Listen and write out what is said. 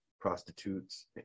prostitutes